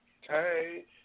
Hey